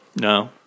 No